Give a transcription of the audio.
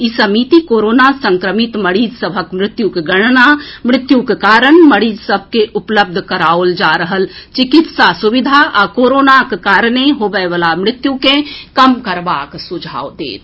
ई समिति कोरोना संक्रमित मरीज सभक मृत्युक गणना मृत्युक कारण मरीज सभ के उपलब्ध कराओल जा रहल चिकित्सा सुविधा आ कोरोनाक कारणे होबयवला मृत्यु के कम करबाक सुझाव देत